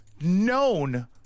known